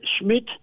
Schmidt